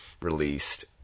released